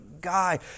guy